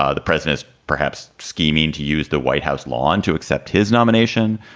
ah the president is perhaps scheming to use the white house lawn to accept his nomination.